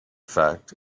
fact